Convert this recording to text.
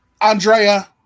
Andrea